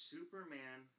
Superman